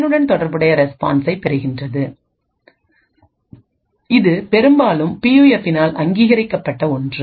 அதனுடன் தொடர்புடைய ரெஸ்பான்ஸைப் பெறுகிறது இது பெரும்பாலும் பியூஎஃப்பினால் அங்கீகரிக்கப்பட்ட ஒன்று